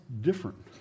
different